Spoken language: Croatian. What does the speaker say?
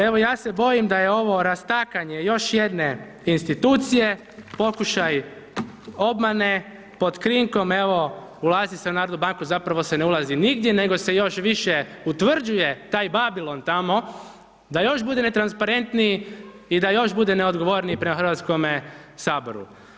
Evo ja se bojim da je ovo rastakanje još jedne institucije, pokušaj obmane pod krinkom evo ulazi se u Narodnu banku, zapravo se ne ulazi nigdje nego se još više utvrđuje taj Babilon tamo da još bude netransparentniji i da još bude neodgovorniji prema Hrvatskome saboru.